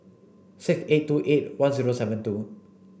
six eight two eight one zero seven two